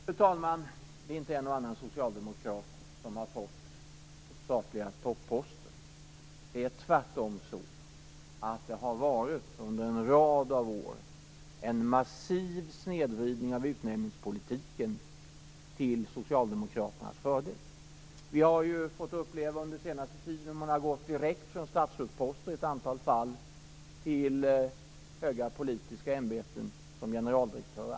Fru talman! Det är inte "en och annan socialdemokrat" som har fått statliga topposter. Tvärtom har det under en rad år varit en massiv snedvridning av utnämningspolitiken, till Socialdemokraternas fördel. Vi har under den senaste tiden fått uppleva att det i ett antal fall varit så att man har gått direkt från statsrådsposter till höga politiska ämbeten som bl.a. generaldirektörer.